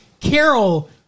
Carol